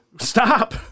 Stop